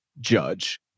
Judge